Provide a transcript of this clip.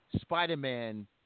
Spider-Man